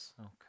Okay